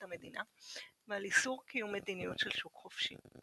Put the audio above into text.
המדינה ועל איסור קיום מדיניות של שוק חופשי.